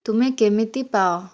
ତୁମେ କେମିତି ପାଅ